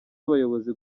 abayobozi